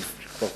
אני כבר